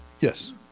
Yes